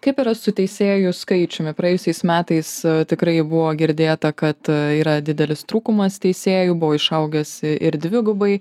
kaip yra su teisėjų skaičiumi praėjusiais metais tikrai buvo girdėta kad yra didelis trūkumas teisėjų buvo išaugęs ir dvigubai